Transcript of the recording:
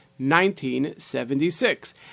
1976